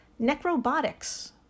Necrobotics